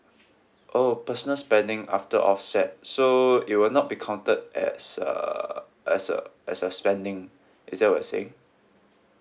oh personal spending after offset so it will not be counted as a as a as a spending is that what you're saying